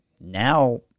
now